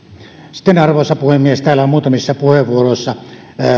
sitten arvoisa puhemies täällä on muutamissa puheenvuoroissa